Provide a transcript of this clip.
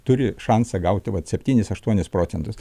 turi šansą gauti vat septynis aštuonis procentus